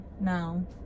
No